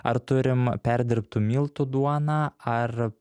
ar turim perdirbtų miltų duoną ar